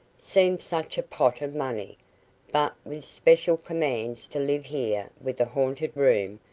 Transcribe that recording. seemed such a pot of money but with special commands to live here with a haunted room,